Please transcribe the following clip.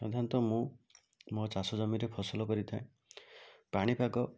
ସାଧାରଣତଃ ମୁଁ ମୋ ଚାଷ ଜମିରେ ଫସଲ କରିଥାଏ ପାଣିପାଗ